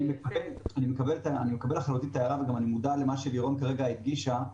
אני מקבל לחלוטין את ההערה ואני גם מודע למה שלירון כרגע הדגישה,